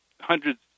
hundreds